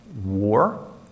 war